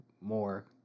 more